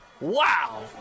Wow